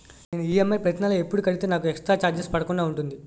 నేను ఈ.ఎమ్.ఐ ప్రతి నెల ఎపుడు కడితే నాకు ఎక్స్ స్త్ర చార్జెస్ పడకుండా ఉంటుంది?